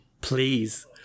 Please